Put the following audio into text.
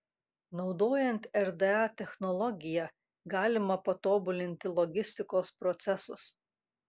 naudojant rda technologiją galima patobulinti logistikos procesus